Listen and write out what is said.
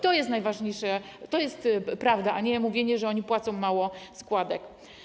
To jest najważniejsze, to jest prawda, a nie mówienie, że oni płacą mało składek.